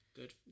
good